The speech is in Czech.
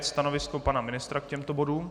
Stanovisko pana ministra k těmto bodům?